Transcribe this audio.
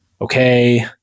Okay